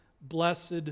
blessed